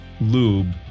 lube